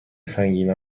سنگین